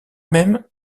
même